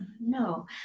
No